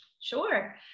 Sure